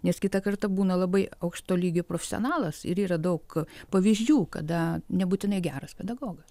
nes kitą kartą būna labai aukšto lygio profesionalas ir yra daug pavyzdžių kada nebūtinai geras pedagogas